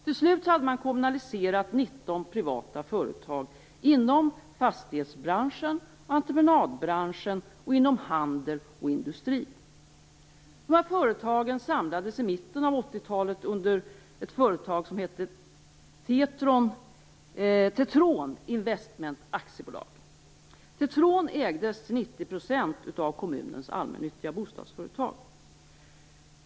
Till slut hade man kommunaliserat 19 privata företag inom fastighetsbranschen och entreprenadbranschen och inom handel och industri. Dessa företag samlades i mitten av 1980-talet under ett företag som hette Tetron Investment AB.